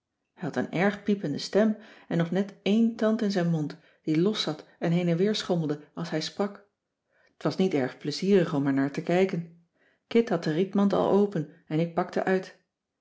had een erg piepende stem en nog net één tand in zijn mond die los zat en heen en weer schommelde als hij sprak t was niet erg plezierig om ernaar te kijken kit had de rietmand al open en ik pakte uit